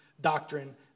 doctrine